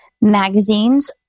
magazines